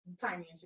Tiny